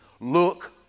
Look